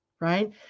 Right